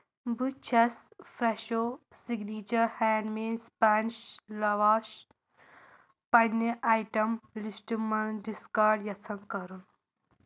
بہٕ چھَس fresh signature handmade Spanish lavash پنِنہِ آیٹم لسٹہٕ منٛز ڈسکارڑ یژھان کرُن